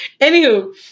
Anywho